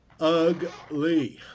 Ugly